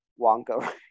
wonka